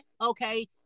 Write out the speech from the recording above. okay